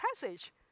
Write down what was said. passage